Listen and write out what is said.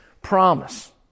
promise